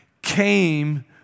came